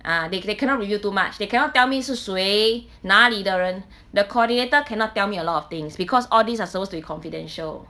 ah they they cannot reveal too much they cannot tell me 是谁哪里的人 the coordinator cannot tell me a lot of things because all these are supposed to be confidential